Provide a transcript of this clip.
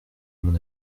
mon